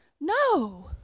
No